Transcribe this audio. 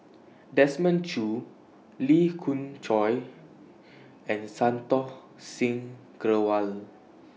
Desmond Choo Lee Khoon Choy and Santokh Singh Grewal